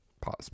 pause